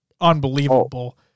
unbelievable